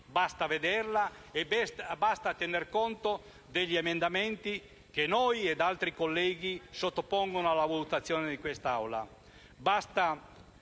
Basta vederla e tener conto degli emendamenti che noi ed altri colleghi sottoponiamo alla valutazione di quest'Assemblea.